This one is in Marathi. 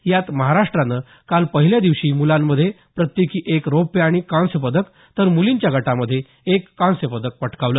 यात महाराष्ट्रानं काल पहिल्या दिवशी मुलांमध्ये प्रत्येकी एक रौप्य आणि कांस्य पदक तर मुलींच्या गटामध्ये एक कांस्य पदक पटकावलं